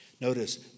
Notice